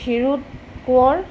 Kshirod Konwar